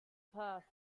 purse